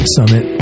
Summit